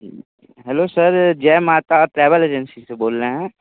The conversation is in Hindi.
hello sir Jai Mata travel agency से बोल रहे हैं